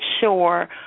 sure